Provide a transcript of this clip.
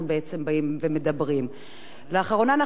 לאחרונה אנחנו נחשפים יותר ויותר פעמים